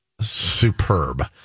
superb